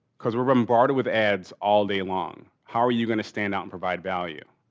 because we're bombarded with ads all day long. how are you gonna stand out and provide value?